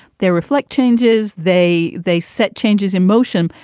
they reflect changes. they they set changes in motion.